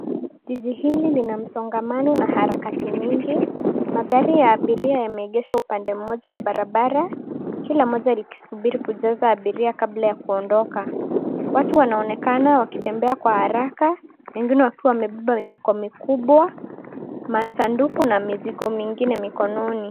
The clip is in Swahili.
Jiji hili lina msongamano na harakati nyingi. Magari ya abiria yameegeshwa upande mmoja wa barabara, kila moja likisubiri kujaza abiria kabla ya kuondoka. Watu wanaonekana wakitembea kwa haraka, wengine wakiwa wamebeba mifuko mikubwa, masanduku, na mizigo mingine mikononi.